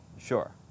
sure